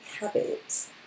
habits